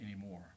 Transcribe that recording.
anymore